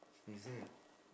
is it